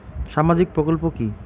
সামাজিক প্রকল্প কি?